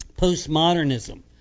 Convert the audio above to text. Postmodernism